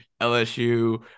LSU